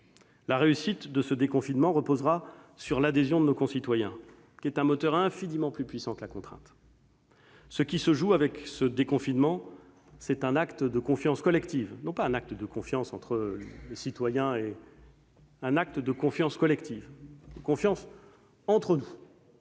La réussite de ce déconfinement reposera sur l'adhésion de nos concitoyens, qui est un moteur infiniment plus puissant que la contrainte. Ce qui se joue avec ce déconfinement, c'est un acte de confiance collective- pas seulement un acte de confiance entre citoyens ou entre nous, dans cet hémicycle, mais